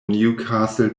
newcastle